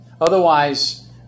Otherwise